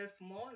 more